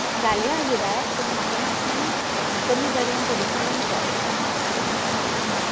घालुंया गिरायक पूण म्हाका मातशे कमी दरेन मेळपाक जाय सवाय अशी